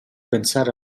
pensare